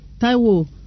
Taiwo